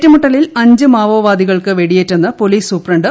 ഏറ്റുമുട്ടലിൽ അഞ്ച് മാവോവാദികൾക്ക് വെടിയേറ്റെന്ന് പോലീസ് സൂപ്രണ്ട് വൈ